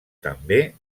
també